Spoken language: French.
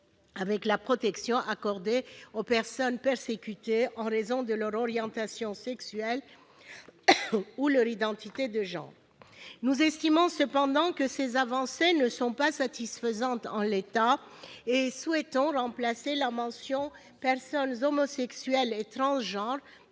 avec la protection accordée aux personnes persécutées en raison de leur orientation sexuelle ou de leur identité de genre. Nous estimons cependant que ces avancées ne sont pas satisfaisantes en l'état et souhaitons remplacer la mention « personnes homosexuelles ou transgenres »